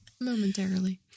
Momentarily